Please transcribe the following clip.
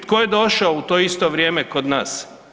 Tko je došao u to isto vrijeme kod nas?